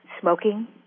smoking